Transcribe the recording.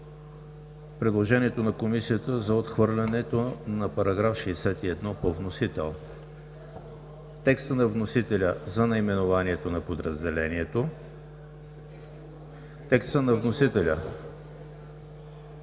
предложението на Комисията за отхвърлянето на § 61 по вносител; текста на вносителя за наименованието на подразделението; текста на вносителя